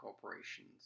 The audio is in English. corporations